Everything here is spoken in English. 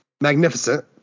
magnificent